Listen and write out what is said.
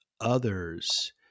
others